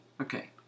Okay